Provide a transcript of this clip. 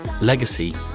legacy